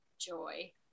joy